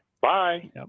Bye